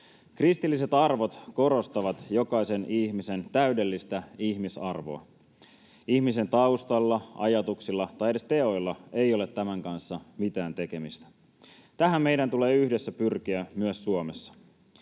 Kristilliset arvot korostavat jokaisen ihmisen täydellistä ihmisarvoa. Ihmisen taustalla, ajatuksilla tai edes teoilla ei ole tämän kanssa mitään tekemistä. Tähän meidän tulee yhdessä pyrkiä myös Suomessa.